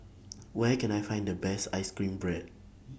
Where Can I Find The Best Ice Cream Bread